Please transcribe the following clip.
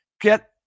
get